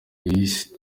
isi